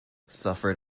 suffered